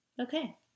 okay